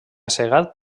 segat